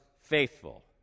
faithful